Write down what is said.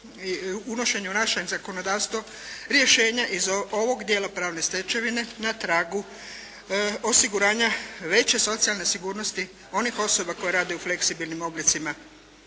unošenje u naše zakonodavstvo rješenje iz ovog dijela pravne stečevine na tragu osiguranja veće socijalne sigurnosti onih osoba koje rade u fleksibilnim oblicima